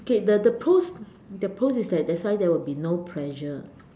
okay the the pros the pros is that that's why there will be no pressure